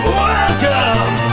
welcome